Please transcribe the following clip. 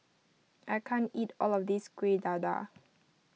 I can't eat all of this Kuih Dadar